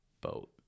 boat